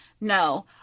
No